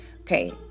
Okay